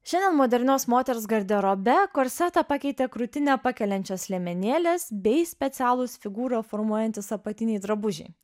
šiandien modernios moters garderobe korsetą pakeitė krūtinę pakeliančios liemenėlės bei specialūs figūrą formuojantys apatiniai drabužiai